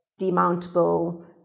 demountable